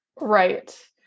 Right